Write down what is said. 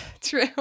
true